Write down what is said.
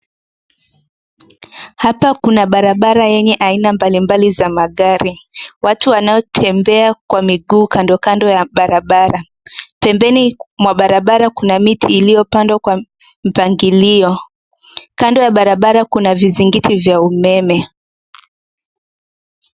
Hapa kuna barbara yenye aina mbalimbali za magari. Watu wanaotembea kwa miguu kandokando ya barabara. Pembeni mwa barabara kyna miti iliyopandwa kwa mpangilio. Kando ya barabara kuna vizingiti vya umeme.